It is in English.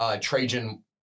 Trajan